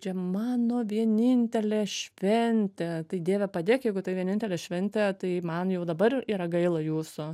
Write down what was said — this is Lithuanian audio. čia mano vienintelė šventė tai dieve padėk jeigu tai vienintelė šventė tai man jau dabar yra gaila jūsų